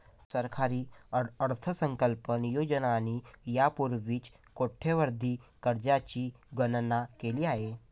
सरकारी अर्थसंकल्प नियोजकांनी यापूर्वीच कोट्यवधी कर्जांची गणना केली आहे